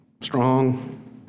strong